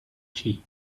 tea